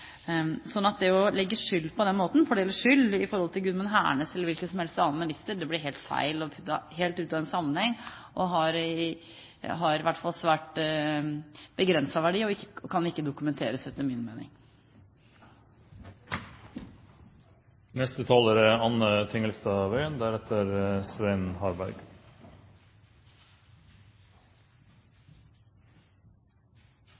det å fordele skyld – legge skylden på Gudmund Hernes eller hvilken som helst annen minister – blir helt feil og tatt helt ut av sin sammenheng. Det har i hvert fall svært begrenset verdi og kan ikke dokumenteres etter min mening. Å ha 30 ungdomsskoleelever i samme klasserom og tilby individuell tilpasset undervisning er,